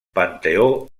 panteó